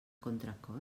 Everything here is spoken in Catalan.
contracor